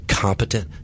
Competent